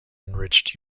enriched